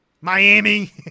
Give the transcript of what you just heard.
Miami